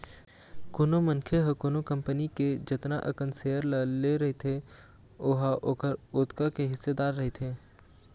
कोनो मनखे ह कोनो कंपनी के जतना अकन सेयर ल ले रहिथे ओहा ओखर ओतका के हिस्सेदार रहिथे